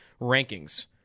rankings